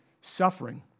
suffering